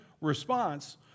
response